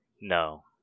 No